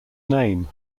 name